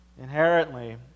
inherently